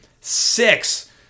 Six